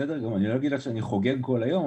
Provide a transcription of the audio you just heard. אני לא אגיד לך שאני חוגג כל היום,